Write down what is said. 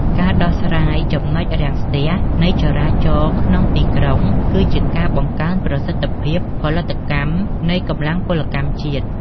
ការដោះស្រាយ ចំណុចរាំងស្ទះ នៃចរាចរណ៍ក្នុងទីក្រុង គឺជាការបង្កើនប្រសិទ្ធភាពផលិតកម្មនៃកម្លាំងពលកម្មជាតិ។